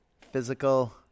physical